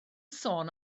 sôn